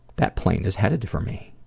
that plane is headed for me.